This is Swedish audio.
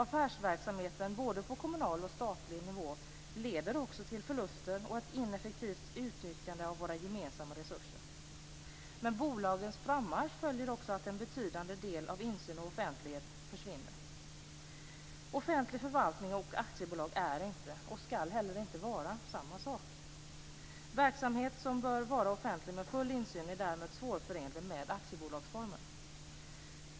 Affärsverksamheten, både på kommunal och på statlig nivå, leder också till förluster och till ett ineffektivt utnyttjande av våra gemensamma resurser. Med bolagens frammarsch följer också att en betydande del av insyn och offentlighet försvinner. Offentlig förvaltning och aktiebolag är inte och skall heller inte vara samma sak. Verksamhet som bör vara offentlig med full insyn är därmed svårförenlig med aktiebolagsformen.